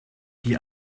die